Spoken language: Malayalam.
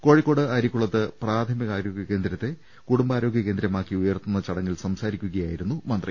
കോഴിക്കോട് അരിക്കുളത്ത് പ്രാഥമികാരോഗ്യകേന്ദ്രത്തെ കുടുംബാരോഗ്യ കേന്ദ്ര മാക്കി ഉയർത്തുന്ന ചടങ്ങിൽ സംസാരിക്കുകയായി രുന്നു മന്ത്രി